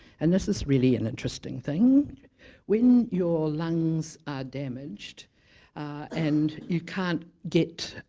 and this is really an interesting thing when your lungs are damaged and you can't get